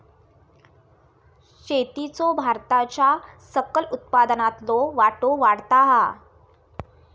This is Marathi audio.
शेतीचो भारताच्या सकल उत्पन्नातलो वाटो वाढता हा